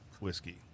whiskey